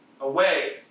away